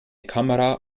kamera